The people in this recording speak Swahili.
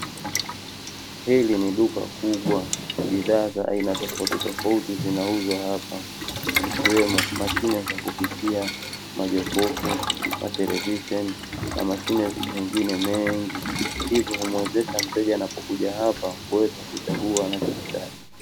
Hili ni duka kubwa, bidhaa za aina tofautitofauti zinauzwa hapa, zikiwemo mashine za kupikia, majokofu, matelevisheni na mashine mengine mengi. Hivyo umuwezesha mteja anapokuja hapa, kuweza kuchagua anachokitaka.